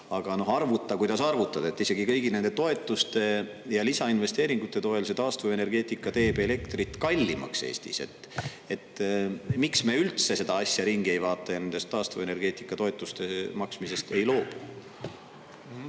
aga arvuta, kuidas arvutad, isegi kõigi nende toetuste ja lisainvesteeringute toel see taastuvenergeetika teeb elektrit kallimaks Eestis. Miks me üldse seda asja ringi ei vaata ja nendest taastuvenergeetika toetuste maksmisest ei loobu?